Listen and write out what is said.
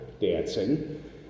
dancing